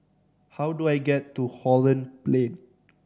how do I get to Holland Plain